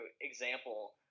example